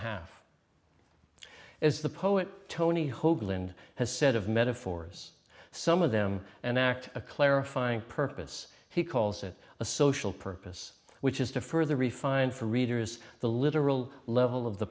half as the poet tony hoagland has said of metaphors some of them an act of clarifying purpose he calls it a social purpose which is to further refine for readers the literal level of the